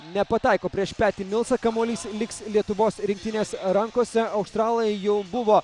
nepataiko prieš petį milsą kamuolys liks lietuvos rinktinės rankose australai jau buvo